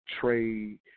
trade